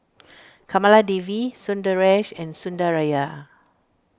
Kamaladevi Sundaresh and Sundaraiah